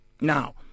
Now